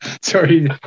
sorry